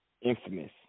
infamous